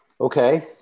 Okay